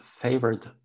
favored